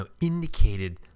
indicated